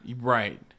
Right